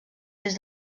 des